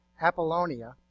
Apollonia